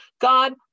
God